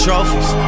Trophies